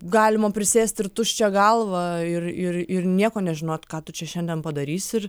galima prisėst ir tuščia galva ir ir ir nieko nežinot ką tu čia šiandien padarysi ir